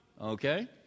okay